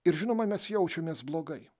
ir žinoma mes jaučiamės blogai